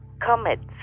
Comets